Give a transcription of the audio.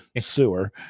sewer